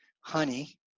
honey